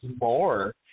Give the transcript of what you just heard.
more